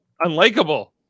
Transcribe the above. unlikable